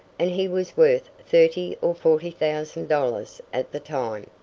and he was worth thirty or forty thousand dollars at the time.